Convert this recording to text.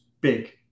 big